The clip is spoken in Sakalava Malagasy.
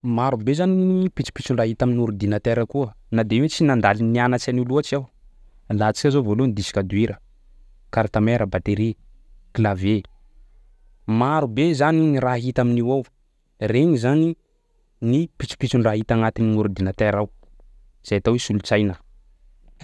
Marobe zany gny pitsopitson-draha hita amin'ny ordinatera koa na de hoe tsy nandaly nianatsy loatsy aho. Alantsika zao voalohany disque dur, carte mère, batterie, clavier, marobe zany gny raha hita amin'io ao. Regny zany ny pitsopitson-draha hita agnatin'ny ordinatera ao zay atao hoe solon-tsaina.